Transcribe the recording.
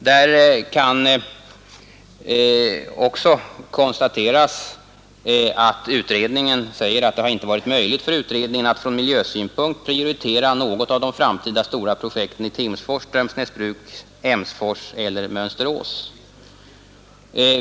Det kan vidare konstateras att utredningen gör följande uttalande: ”Det har inte varit möjligt för utredningen att från miljösynpunkt prioritera något av de framtida stora projekten i Timsfors, Strömsnäsbruk, Emsfors eller Mönsterås.